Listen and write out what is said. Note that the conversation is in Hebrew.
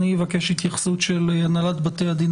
אני אבקש התייחסות של הנהלת בתי הדין